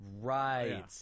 Right